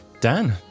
Dan